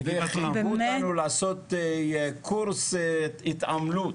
לקחו אותנו לעשות קורס התעמלות.